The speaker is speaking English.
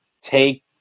take